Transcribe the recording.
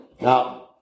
Now